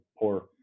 poor